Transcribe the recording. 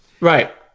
Right